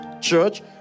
church